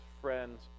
friend's